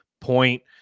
point